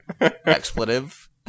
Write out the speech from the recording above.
Expletive